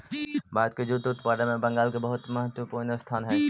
भारत के जूट उत्पादन में बंगाल के बहुत महत्त्वपूर्ण स्थान हई